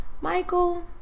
Michael